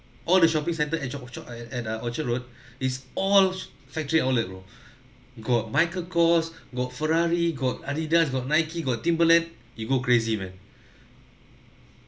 all the shopping centre at cha~ orcha~ uh at uh orchard road is all factory outlet bro got michael kors got ferrari got adidas got nike got timberland you go crazy man